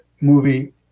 movie